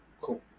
cool